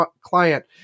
client